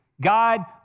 God